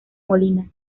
molina